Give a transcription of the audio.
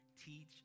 Teach